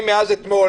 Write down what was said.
מאז אתמול,